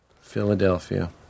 Philadelphia